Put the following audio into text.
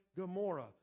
Gomorrah